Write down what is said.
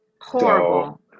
horrible